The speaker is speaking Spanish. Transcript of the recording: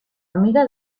amiga